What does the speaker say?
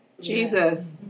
Jesus